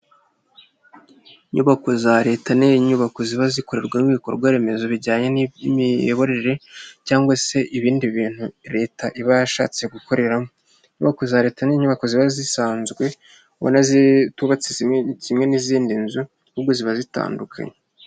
Inyubako za leta ni inyubako ziba zikorerwamo ibikorwa remezo bijyanye n'imiyoborere, cyangwa se ibindi bintu leta iba yashatse gukoreramo. Inyubako za leta ni inyubako ziba zisanzwe ubona zitubatse kimwe n'izindi nzu, ahubwo ziba zitandukanye.